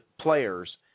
players